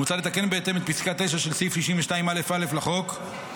מוצע לתקן בהתאם את פסקה (9) של סעיף 62א(א) לחוק,